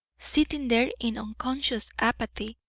sitting there in unconscious apathy,